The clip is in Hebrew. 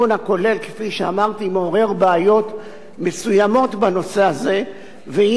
מעורר בעיות מסוימות בנושא הזה ואי-אפשר לעשות את זה בצורה הזאת.